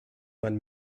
man